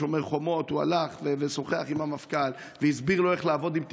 בשומר החומות הוא הלך ושוחח עם המפכ"ל והסביר לו איך לעבוד עם התקשורת.